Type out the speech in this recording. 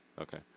Okay